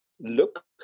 look